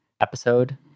episode